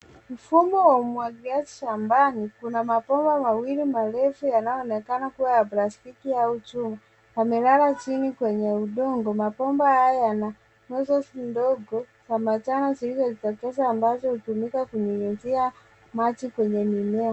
Mfumo wa umwagiliaji shambani. Kuna mabomba mawili marefu yanayoonekana kuwa ya plastiki au chuma yamelala chini kwenye udongo. Mabomba haya yana valvu ndogo ya manjano ziizojitokeza ambazo hutumika kunyunyuzia maji kwenye mimea.